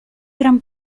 gran